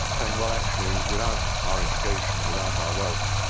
but saying well actually, without our education, without our wealth,